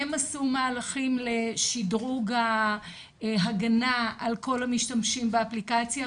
הם עשו מהלכים לשדרוג ההגנה על כל המשתמשים באפליקציה.